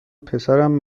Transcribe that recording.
پسرم